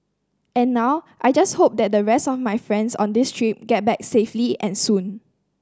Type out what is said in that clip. and now I just hope that the rest of my friends on this trip get back safely and soon